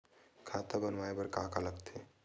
खाता बनवाय बर का का लगथे?